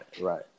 Right